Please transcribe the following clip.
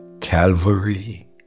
Calvary